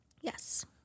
Yes